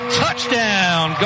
touchdown